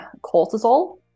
cortisol